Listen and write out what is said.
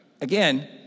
again